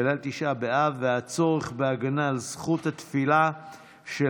בליל תשעה באב והצורך בהגנה על זכות התפילה של